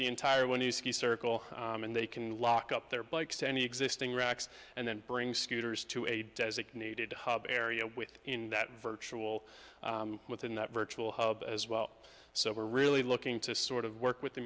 the entire when you ski circle and they can lock up their bikes any existing racks and then bring scooters to a designated hub area with in that virtual within that virtual hub as well so we're really looking to sort of work with the